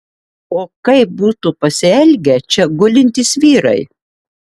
o kaip būtų pasielgę čia gulintys vyrai